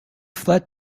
fled